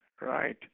Right